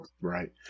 Right